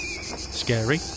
Scary